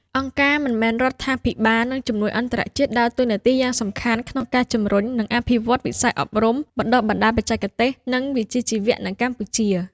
អង្គការមិនមែនរដ្ឋាភិបាល និងជំនួយអន្តរជាតិដើរតួនាទីយ៉ាងសំខាន់ក្នុងការជំរុញ និងអភិវឌ្ឍវិស័យអប់រំបណ្តុះបណ្តាលបច្ចេកទេស និងវិជ្ជាជីវៈ នៅកម្ពុជា។